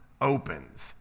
opens